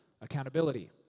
accountability